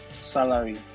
salary